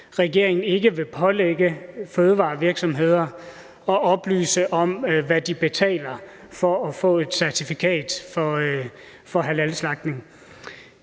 regeringen ikke vil pålægge fødevarevirksomheder at oplyse, hvad de betaler for at få et certifikat til halalslagtning.